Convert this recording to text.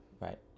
right